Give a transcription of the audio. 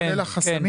כולל החסמים,